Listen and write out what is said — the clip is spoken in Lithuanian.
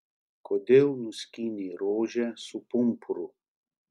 kodėl nuskynei rožę su pumpuru